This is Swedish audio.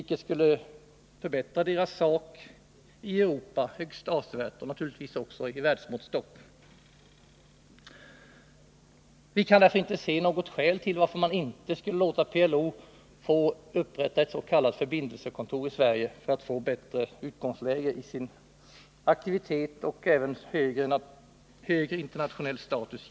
Det skulle förbättra PLO:s sak högst avsevärt i Europa och naturligtvis också efter världsmåttstock. ; Vi kan därför inte se något skäl till att inte låta PLO upprätta ett s.k. förbindelsekontor i Sverige, något som ju skulle ge organisationen bättre utgångsläge för fortsatt aktivitet och som sagt givetvis högre internationell status.